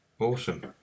Awesome